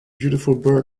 beautiful